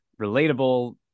relatable